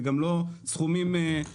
זה גם לא סכומים בשמיים.